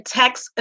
text